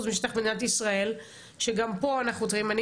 משטח מדינת ישראל שגם פה אנחנו צריכים,